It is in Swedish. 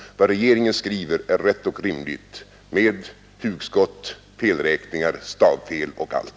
Vad regeringen skriver är rätt och rimligt — med hugskott, felräkningar, stavfel och allt.